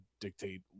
dictate